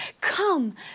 come